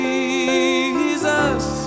Jesus